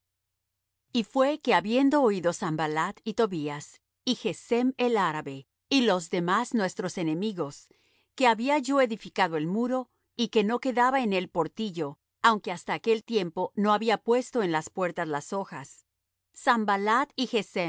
y fué que habiendo oído sanballat y tobías y gesem el arabe y los demás nuestros enemigos que había yo edificado el muro y que no quedaba en él portillo aunque hasta aquel tiempo no había puesto en las puertas las hojas sanballat y gesem enviaron á decirme ven y compongámonos juntos en alguna de las aldeas